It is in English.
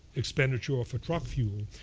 expenditure for truck fuel.